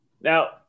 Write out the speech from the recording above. Now